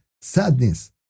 sadness